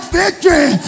victory